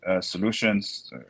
solutions